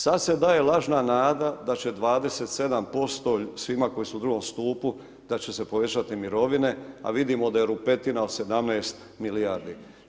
Sad se daje lažna nada da će 27% svima koji su u drugom stupu da će se povećati mirovine, a vidimo da je rupetina od 17 milijardi.